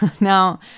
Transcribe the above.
Now